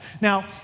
Now